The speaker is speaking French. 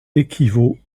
équivaut